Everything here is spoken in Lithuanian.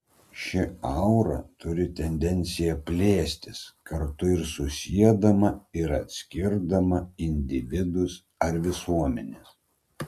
ši aura turi tendenciją plėstis kartu ir susiedama ir atskirdama individus ar visuomenes